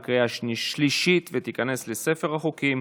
בעד, ארבעה, אין מתנגדים.